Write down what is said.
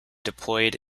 deployed